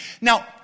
Now